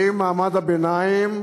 האם מעמד הביניים,